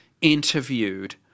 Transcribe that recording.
interviewed